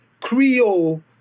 Creole